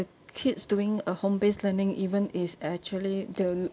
kids doing a home based learning even is actually the